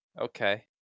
Okay